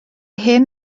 hyn